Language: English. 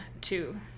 two